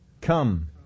come